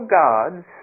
gods